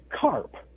carp